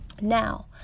Now